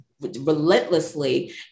relentlessly